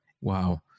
Wow